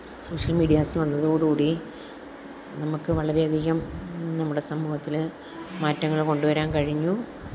social medias വന്നതോടു കൂടി നമുക്ക് വളരെയധികം നമ്മുടെ സമൂഹത്തിൽ മാറ്റങ്ങൾ കൊണ്ടു വരാന് കഴിഞ്ഞു